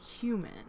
human